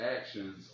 actions